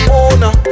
owner